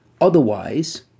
Otherwise